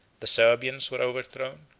the servians were overthrown,